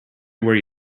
where